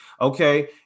Okay